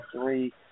three